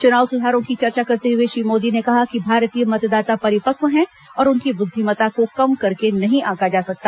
चुनाव सुधारों की चर्चा करते हुए श्री मोदी ने कहा कि भारतीय मतदाता परिपक्व हैं और उनकी बुद्धिमतता को कम करके नहीं आंका जा सकता